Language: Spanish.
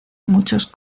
muchos